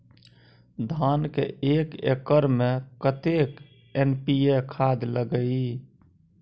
धान के एक एकर में कतेक एन.पी.ए खाद लगे इ?